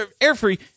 air-free